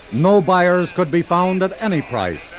no buyers could be found at any price.